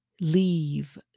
leave